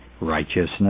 righteousness